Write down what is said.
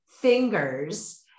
fingers